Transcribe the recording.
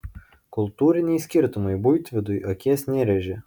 kultūriniai skirtumai buitvidui akies nerėžė